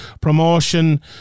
promotion